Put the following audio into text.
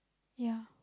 yeah